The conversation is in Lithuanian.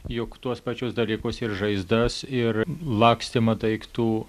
jog tuos pačius dalykus ir žaizdas ir lakstymą daiktų